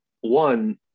one